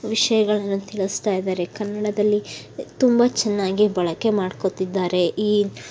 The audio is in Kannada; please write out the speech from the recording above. ವಿಷಯಗಳನ್ನು ತಿಳಿಸ್ತಾ ಇದ್ದಾರೆ ಕನ್ನಡದಲ್ಲಿ ತುಂಬ ಚೆನ್ನಾಗಿ ಬಳಕೆ ಮಾಡ್ಕೋತಿದ್ದಾರೆ ಈ